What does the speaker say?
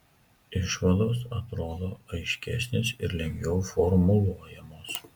išvados atrodo aiškesnės ir lengviau formuluojamos